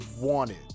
wanted